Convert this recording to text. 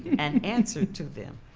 and answer to them.